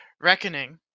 reckoning